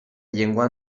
llengua